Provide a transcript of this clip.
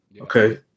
Okay